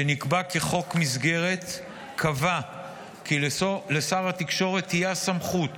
שנקבע כחוק מסגרת, קבע כי לשר התקשורת הסמכות,